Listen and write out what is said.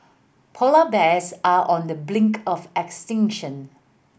polar bears are on the brink of extinction